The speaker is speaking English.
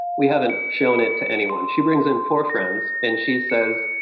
we haven't shown it to anyone she brings in four friends and she says,